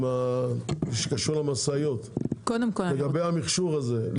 שקשורות למשאיות ולמכשור הזה?